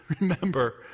remember